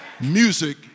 Music